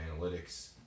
analytics